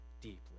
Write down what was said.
deeply